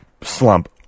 Slump